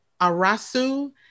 Arasu